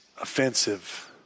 offensive